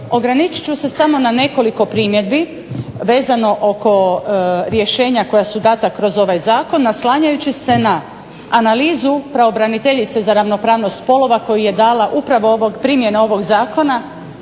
Ograničit ću se samo ne nekoliko primjedbi vezano oko rješenja koja su data kroz ovaj Zakon naslanjajući se na analizu pravobraniteljice za ravnopravnost spolova koju je dala upravo primjena ovog zakona